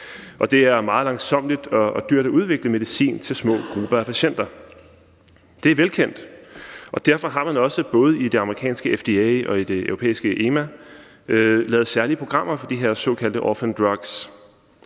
meget langsommeligt og dyrt at udvikle medicin til små grupper af patienter. Det er velkendt, og derfor har man også både i det amerikanske FDA og i det europæiske EMA lavet særlige programmer for de her såkaldte orphan drugs,